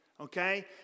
Okay